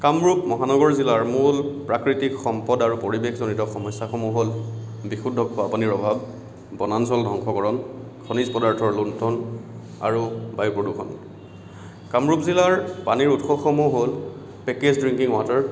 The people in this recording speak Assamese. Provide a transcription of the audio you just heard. কামৰূপ মহানগৰ জিলাৰ মূল প্ৰাকৃতিক সম্পদ আৰু পৰিৱেশজনিত সমস্যাসমূহ হ'ল বিশুদ্ধ খোৱা পানীৰ অভাৱ বনাঞ্চল ধ্বংসকৰণ খনিজ পদাৰ্থৰ লুণ্ঠন আৰু বায়ু প্ৰদূষণ কামৰূপ জিলাৰ পানীৰ উৎসসমূহ হ'ল পেকেজ্ড ড্ৰিংকিং ৱাটাৰ